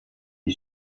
die